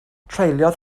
treuliodd